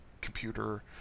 computer